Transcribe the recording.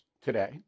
today